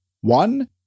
One